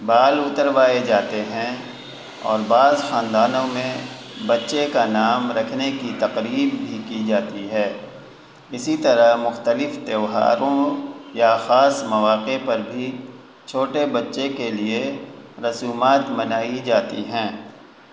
بال اتروائے جاتے ہیں اور بعض خاندانوں میں بچے کا نام رکھنے کی تقریب بھی کی جاتی ہے اسی طرح مختلف تہواروں یا خاص مواقع پر بھی چھوٹے بچے کے لیے رسومات منائی جاتی ہیں